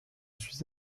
suis